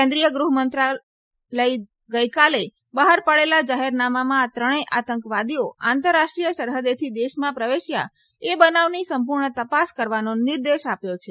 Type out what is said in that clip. કેન્દ્રિય ગૃહમંત્રાલય ગઇકાલે બહાર પાડેલા જાહેરનામામાં આ ત્રણેય આતંકવાદીઓ આંતરરાષ્ટ્રીય સરહદેથી દેશમાં પ્રવેશ્યા એ બનાવની સંપૂર્ણ તપાસ કરવાનો નિર્દેશ આપ્યો છે